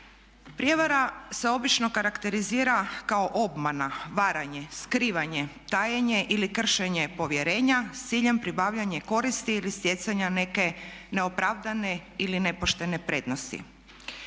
Prijevara se obično karakterizira kao obmana, varanje, skrivanje, tajenje ili kršenje povjerenja sa ciljem pribavljanja koristi ili stjecanja neke neopravdane ili nepoštene prednosti.